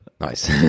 Nice